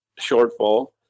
shortfall